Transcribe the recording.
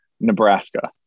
Nebraska